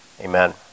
Amen